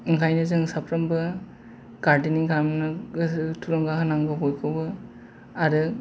ओंखायनो जों साफ्रोमबो गारदेनिं खालामनो गोसो थुलुंगा होनांगौ बयखौबो आरो